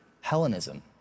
Hellenism